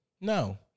No